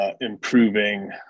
Improving